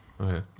okay